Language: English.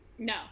no